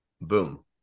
Boom